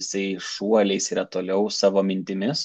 jisai šuoliais yra toliau savo mintimis